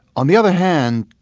on the other hand,